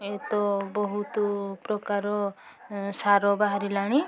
ଏତ ବହୁତ ପ୍ରକାର ସାର ବାହାରିଲାଣି